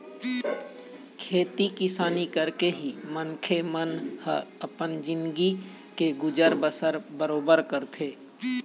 खेती किसानी करके ही मनखे मन ह अपन जिनगी के गुजर बसर बरोबर करथे